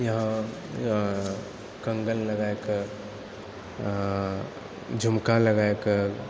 इहाँ कङ्गन लगयकऽ झुमका लगयकऽ